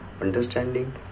understanding